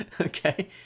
Okay